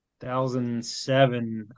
2007